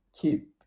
keep